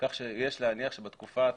כך שיש להניח שבתקופה